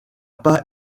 pas